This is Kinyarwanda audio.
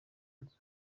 nzu